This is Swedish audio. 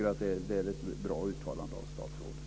Jag tycker att det är ett bra uttalande av statsrådet.